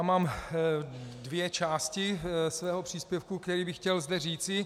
Mám dvě části svého příspěvku, který bych chtěl zde říci.